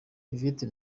yvette